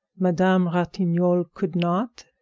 madame ratignolle could not,